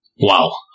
wow